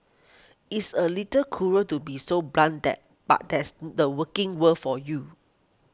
it's a little cruel to be so blunt that but that's the working world for you